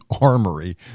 armory